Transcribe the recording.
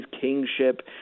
kingship